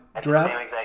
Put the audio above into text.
draft